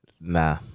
nah